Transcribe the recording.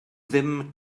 ddim